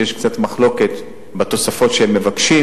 כי יש קצת מחלוקת על התוספות שהם מבקשים,